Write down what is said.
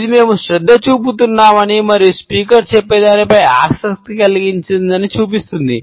" ఇది మేము శ్రద్ధ చూపుతున్నామని మరియు స్పీకర్ చెప్పే దానిపై ఆసక్తి కలిగి ఉందని చూపిస్తుంది